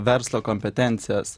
verslo kompetencijas